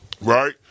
right